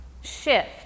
shift